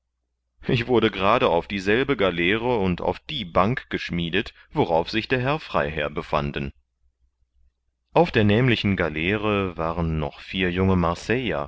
ich wurde gerade auf dieselbe galeere und auf die bank geschmiedet worauf sich der herr freiherr befanden auf der nämlichen galeere waren noch vier junge